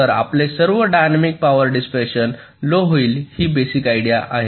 तर आपले सर्व डायनॅमिक पॉवर डिसिपॅशन लो होईल ही बेसिक आयडिया आहे